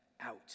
out